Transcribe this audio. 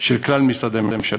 של כלל משרדי הממשלה.